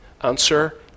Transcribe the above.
Answer